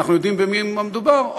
ואנחנו יודעים במי המדובר,